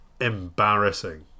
embarrassing